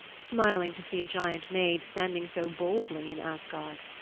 smiling to see a giant maid standing so boldly in asgard.